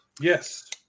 Yes